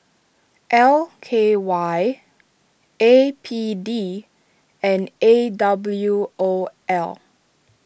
L K Y A P D and A W O L